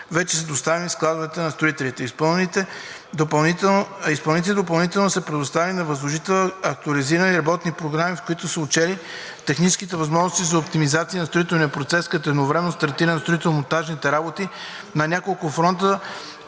вече са и доставени в складове на строителите. Изпълнителите допълнително са предоставили на възложителя актуализирани работни програми, в които са отчели техническите възможности за оптимизация на строителния процес като едновременно стартиране на строително-монтажните работи на няколко фронта